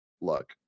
look